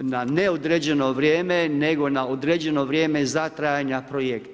na neodređeno vrijeme nego na određeno vrijeme za trajanja projekta.